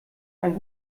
einen